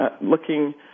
looking